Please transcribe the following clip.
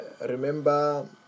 remember